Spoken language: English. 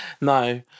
No